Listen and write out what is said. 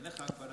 אין לך הגבלה.